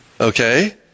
Okay